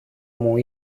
μου